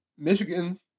Michigan